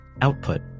output